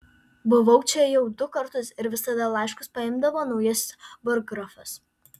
buvau čia jau du kartus ir visada laiškus paimdavo naujasis burggrafas